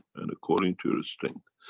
and according to your strength.